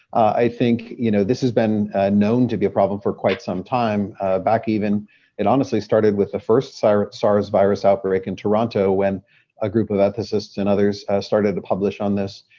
i think you know this has been known to be a problem for quite some time back even it honestly started with the first sars sars outbreak in toronto, when a group of ethicists and others started to publish on this.